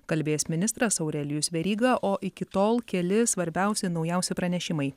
kalbės ministras aurelijus veryga o iki tol keli svarbiausi naujausi pranešimai